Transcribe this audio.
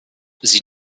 sie